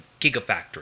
gigafactory